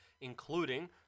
including